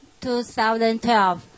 2012